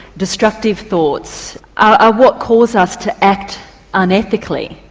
destructive thoughts are what cause us to act unethically,